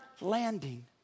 landing